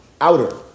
outer